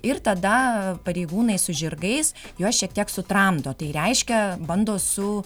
ir tada pareigūnai su žirgais juos šiek tiek sutramdo tai reiškia bando su